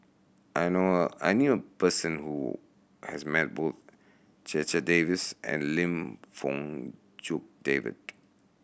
I know a I knew a person who has met both Checha Davies and Lim Fong Jock David